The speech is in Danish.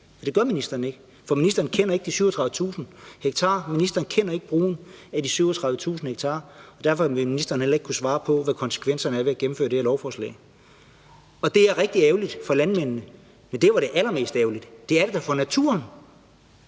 det gør hun ikke. Det gør ministeren ikke, for ministeren kender ikke brugen af de 37.000 ha, og derfor vil ministeren heller ikke kunne svare på, hvad konsekvenserne af at gennemføre det her lovforslag er. Og det er rigtig ærgerligt for landmændene, men det er da allermest ærgerligt for naturen.